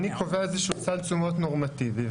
אני קובע איזשהו סל תשומות נורמטיבי.